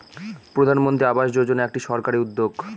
প্রধানমন্ত্রী আবাস যোজনা একটি সরকারি উদ্যোগ